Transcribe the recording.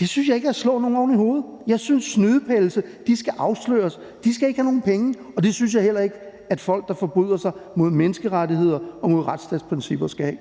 Det synes jeg ikke er at slå nogen oven i hovedet. Jeg synes, at snydepelse skal afsløres. De skal ikke have nogen penge, og det synes jeg heller ikke at folk, der forbryder sig mod menneskerettigheder og mod retsstatsprincipper, skal